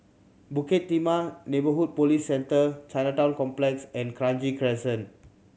Bukit Timah Neighbourhood Police Centre Chinatown Complex and Kranji Crescent